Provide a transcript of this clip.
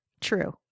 True